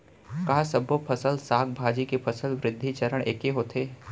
का सबो फसल, साग भाजी के फसल वृद्धि चरण ऐके होथे?